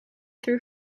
threw